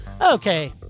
Okay